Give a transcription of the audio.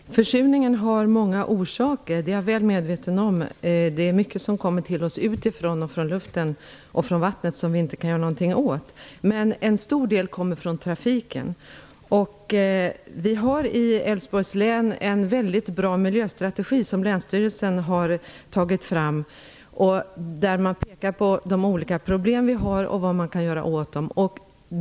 Herr talman! Försurningen har många orsaker, det är jag väl medveten om. Det är mycket som kommer utifrån från luften och vattnet och som vi inte kan göra någonting åt, men en stor del kommer från trafiken. Vi har i Älvsborgs län en väldigt bra miljöstrategi som länsstyrelsen har tagit fram och där man pekar på vad det finns för olika problem och vad man kan göra åt dem.